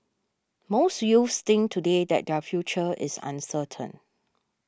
most youths think today that their future is uncertain